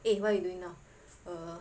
eh what you doing now err